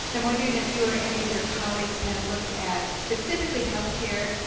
and wondering if you or any of your colleagues have looked at specifically healthcare